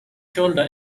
shoulder